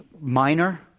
minor